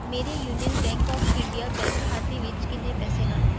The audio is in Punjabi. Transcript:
ਮੇਰੇ Union Bank of India bank ਖਾਤੇ ਵਿੱਚ ਕਿੰਨੇ ਪੈਸੇ ਹਨ